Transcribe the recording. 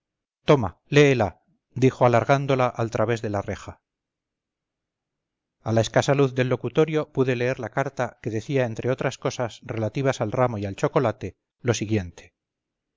toma léela dijo alargándola al través de la reja a la escasa luz del locutorio pude leer la carta que decía entre otras cosas relativas al ramo y al chocolate lo siguiente